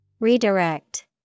Redirect